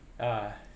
ah